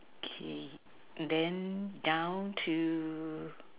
okay then down to